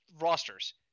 rosters